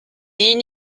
est